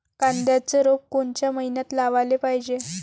कांद्याचं रोप कोनच्या मइन्यात लावाले पायजे?